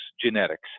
Genetics